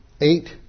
eight